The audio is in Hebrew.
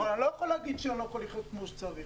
אני לא יכול להגיד שאני לא יכול לחיות כמו שצריך,